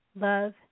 Love